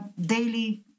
daily